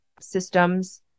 systems